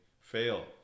fail